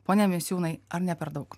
pone misiūnai ar ne per daug